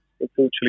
unfortunately